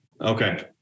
Okay